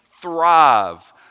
thrive